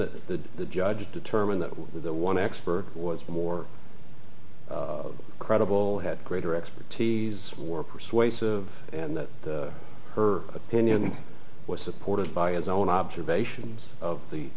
the the judge determined that the one expert was more credible had greater expertise more persuasive and that her opinion was supported by his own observations of